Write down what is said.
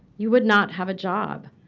you would not have a job.